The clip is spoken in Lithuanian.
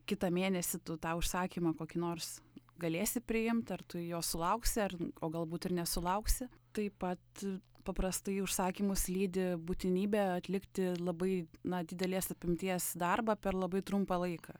kitą mėnesį tu tą užsakymą kokį nors galėsi priimt ar tu jo sulauksi ar o galbūt ir nesulauksi taip pat paprastai užsakymus lydi būtinybė atlikti labai na didelės apimties darbą per labai trumpą laiką